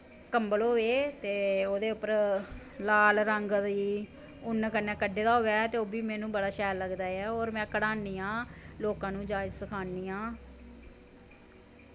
कम्बल होए ते ओह्दे उप्पर लाल रंग दी ऊन कन्नै कड्ढे दा होऐ ओह् बी मैनूं बड़ा शैल लगदा ऐ होर में कढ़ानी आं लोकां नूं जाच सखानी आं